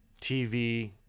TV